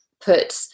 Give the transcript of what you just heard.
put